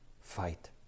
fight